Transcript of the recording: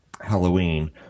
Halloween